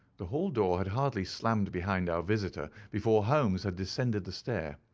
the hall door had hardly slammed behind our visitor before holmes had descended the stair.